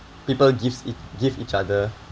people gives it give each other